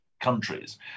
countries